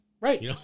Right